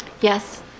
Yes